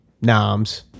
noms